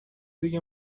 دیگه